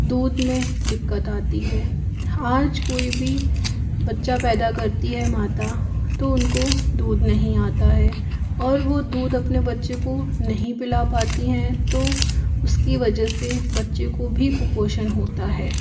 दूध में दिक्कत आती है आज कोई भी बच्चा पैदा करती हैं माता तो उनको दूध नहीं आता है और वो दूध अपने बच्चे को नहीं पीला पाती हैं तो उसकी वजह से बच्चे को भी कुपोषण होता है